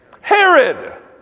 Herod